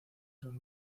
son